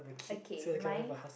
okay mine